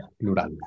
Plural